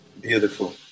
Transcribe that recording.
Beautiful